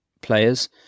players